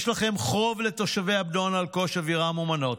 יש לכם חוב לתושבי עבדון, אלקוש, אבירים ומנות,